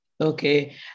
okay